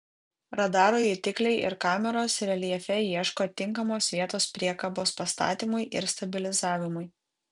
radaro jutikliai ir kameros reljefe ieško tinkamos vietos priekabos pastatymui ir stabilizavimui